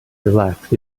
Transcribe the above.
relaxed